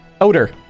Odor